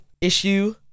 issue